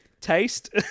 taste